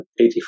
84